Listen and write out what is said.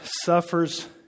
suffers